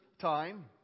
time